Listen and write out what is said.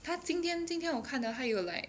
他今天今天我看的他有 like